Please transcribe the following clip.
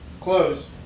close